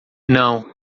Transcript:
não